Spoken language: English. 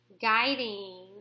guiding